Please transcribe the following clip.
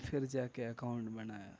پھر جا کے اکاؤنٹ بنایا